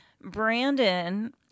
Brandon